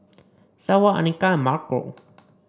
Seward Anika and Marco